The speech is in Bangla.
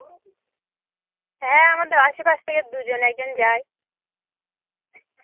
হ্যাঁ আমাদের আশেপাশ থেকে দু জন এক জন যায়